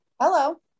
hello